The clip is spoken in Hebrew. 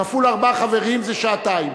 כפול ארבעה חברים זה שעתיים.